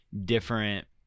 different